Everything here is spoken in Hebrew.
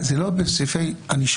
זה לא יהיה בסעיפי ענישה.